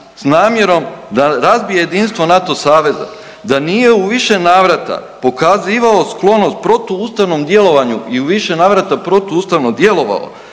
sa namjerom da razbije jedinstvo NATO saveza, da nije u više navrata pokazivao sklonost protuustavnom djelovanju i u više navrata protu ustavno djelovao